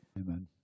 Amen